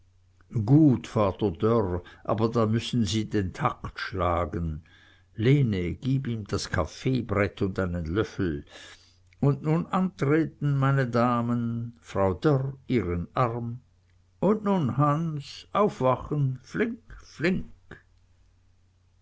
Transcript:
gut vater dörr aber dann müssen sie den takt schlagen lene gib ihm das kaffeebrett und einen löffel und nun antreten meine damen frau dörr ihren arm und nun hans aufwachen flink flink